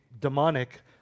demonic